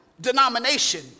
denomination